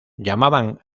llamaban